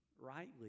rightly